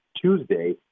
Tuesday